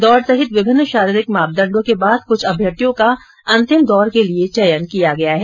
दौड़ सहित विभिन्न शारीरिक मापदंडों के बाद कुछ अभ्यर्थियों का अंतिम दौर के लिए चयन किया गया है